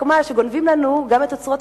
רק מה, שגונבים לנו גם את אוצרות